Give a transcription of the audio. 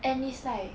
and it's like